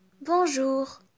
bonjour